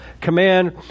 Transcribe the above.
command